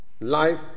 life